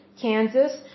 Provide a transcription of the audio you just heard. Kansas